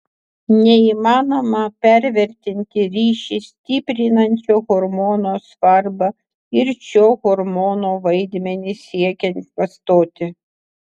neįmanoma pervertinti ryšį stiprinančio hormono svarbą ir šio hormono vaidmenį siekiant pastoti